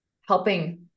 helping